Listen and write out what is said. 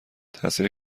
تاثیر